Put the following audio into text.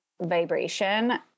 vibration